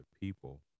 people